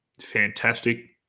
fantastic